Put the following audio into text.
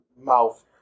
mouth